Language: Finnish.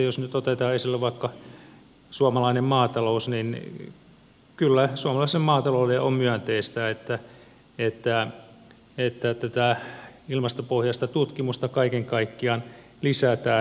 jos nyt otetaan esille vaikka suomalainen maatalous niin kyllä suomalaiselle maataloudelle on myönteistä että tätä ilmastopohjaista tutkimusta kaiken kaikkiaan lisätään